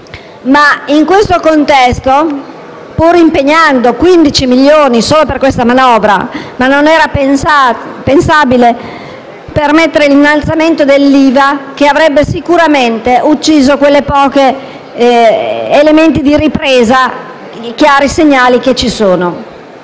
In tale contesto, pur impegnando 15 milioni solo per la manovra, non era pensabile permettere l'innalzamento dell'IVA, che avrebbe sicuramente ucciso i pochi elementi di ripresa e i chiari segnali presenti.